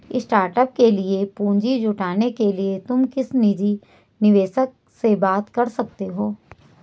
startup के लिए पूंजी जुटाने के लिए तुम किसी निजी निवेशक से बात कर सकते हो